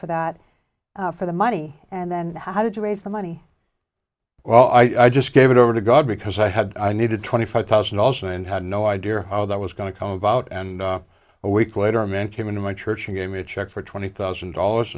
for that for the money and then how did you raise the money well i just gave it over to god because i had i needed twenty five thousand also and had no idea how that was going to come about and a week later a man came into my church and gave me a check for twenty thousand dollars